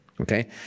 okay